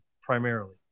primarily